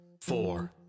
four